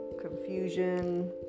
confusion